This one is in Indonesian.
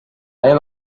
ayo